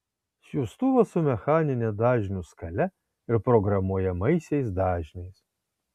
siųstuvas su mechanine dažnių skale ir programuojamaisiais dažniais